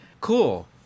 cool